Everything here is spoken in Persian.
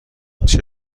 هیچ